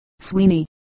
Sweeney